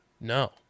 No